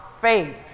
faith